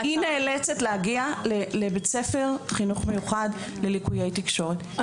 היא נאלצת להגיע לבית ספר לחינוך מיוחד ללקויי תקשורת,